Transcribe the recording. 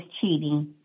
cheating